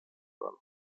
front